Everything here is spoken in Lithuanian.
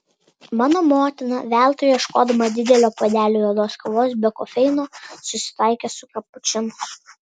mano motina veltui ieškodama didelio puodelio juodos kavos be kofeino susitaikė su kapučinu